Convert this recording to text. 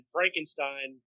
Frankenstein